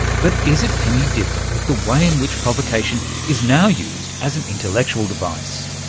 but is it any different with the way in which provocation is now used as an intellectual device?